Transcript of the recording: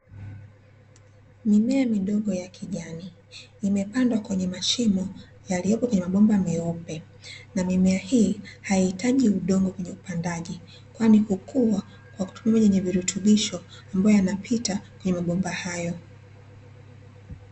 Mimea midogo ya kijani, imepandwa kwenye mashimo yaliyopo kwenye mabomba meupe, na mimea hii haihitaji udongo kwenye upandaji, kwani hukua kwa kutumia maji yenye virutubisho, ambayo yanapita kwenye mabomba hayo.